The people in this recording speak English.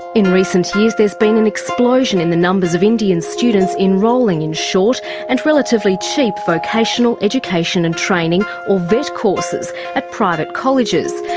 in recent years there has been an explosion in the numbers of indian students enrolling in short and relatively cheap vocational education and training, or vet courses at private colleges.